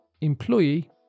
employee